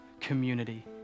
community